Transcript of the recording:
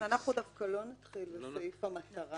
אנחנו דווקא לא נתחיל בסעיף המטרה.